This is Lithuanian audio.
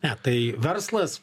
ne tai verslas